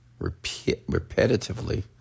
repetitively